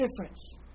difference